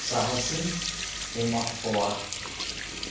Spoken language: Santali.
ᱥᱟᱦᱚᱥᱤᱧ ᱮᱢᱟᱫ ᱠᱚᱣᱟ